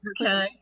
Okay